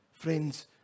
Friends